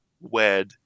Wed